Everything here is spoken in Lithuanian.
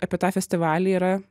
apie tą festivalį yra